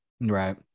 Right